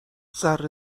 ذره